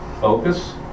Focus